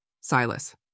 Silas